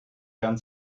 herrn